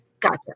Gotcha